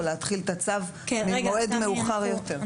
או להתחיל את הצו ממועד מאוחר יותר.